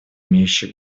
имеющие